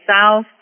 south